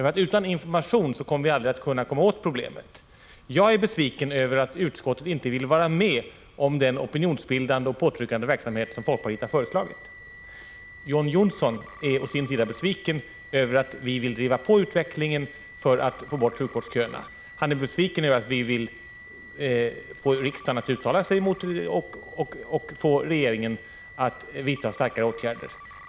Utan sådan information kommer vi aldrig att kunna komma åt problemet. Jag är besviken över att utskottet inte ville vara med om den opinionsbildande och påtryckande verksamhet som folkpartiet har föreslagit. John Johnsson å sin sida är besviken över att vi vill driva på utvecklingen för att få bort sjukvårdsköerna och över att vi vill få riksdagen att uttala sig för att få regeringen att vidta starkare åtgärder.